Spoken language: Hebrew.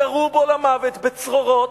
ירו בו למוות בצרורות,